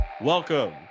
Welcome